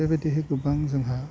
बेबादिहाय गोबां जोंहा